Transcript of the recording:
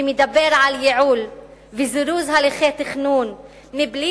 שמדבר על ייעול וזירוז הליכי תכנון בלי